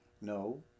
No